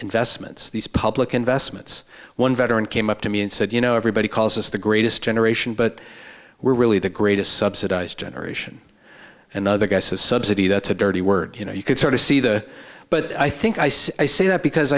investments these public investments one veteran came up to me and said you know everybody calls us the greatest generation but we're really the greatest subsidized generation and the other guy says subsidy that's a dirty word you know you could sort of see the but i think i see that because